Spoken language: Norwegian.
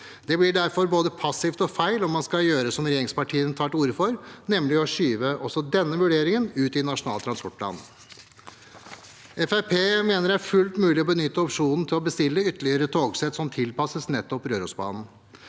Det blir derfor både passivt og feil når man skal gjøre som regjeringspartiene tar til orde for, nemlig å skyve også denne vurderingen ut i Nasjonal transportplan. Fremskrittspartiet mener det er fullt mulig å benytte opsjonen til å bestille ytterligere togsett som tilpasses nettopp Rørosbanen.